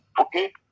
okay